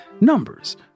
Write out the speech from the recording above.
numbers